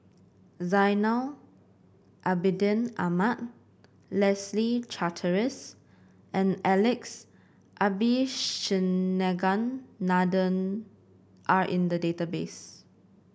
Zainal Abidin Ahmad Leslie Charteris and Alex Abisheganaden are in the database